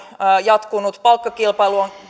jatkunut palkkakilpailu on